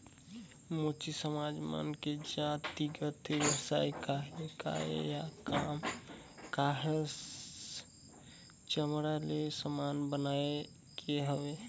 मोची समाज मन के जातिगत बेवसाय काहय या काम काहस चमड़ा ले समान बनाए के हवे